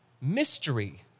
mystery